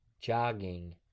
jogging